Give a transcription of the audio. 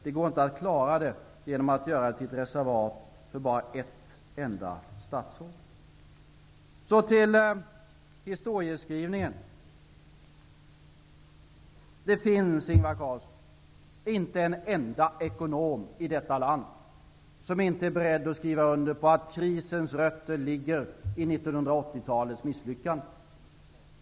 Det går inte att klara detta genom att göra det till ett reservat för bara ett enda statsråd. Så till historieskrivningen. Det finns, Ingvar Carlsson, inte en enda ekonom i detta land som inte är beredd att skriva under på att krisens rötter ligger i 1980-talets misslyckanden.